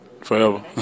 forever